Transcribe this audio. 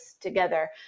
together